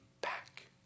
back